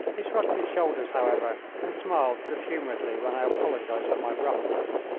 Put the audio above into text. he shrugged his shoulders, however, and smiled good-humouredly when i apologised for my roughness.